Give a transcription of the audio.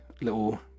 little